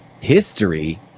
history